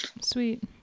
Sweet